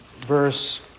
verse